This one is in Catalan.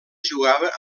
jugava